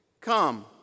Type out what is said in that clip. Come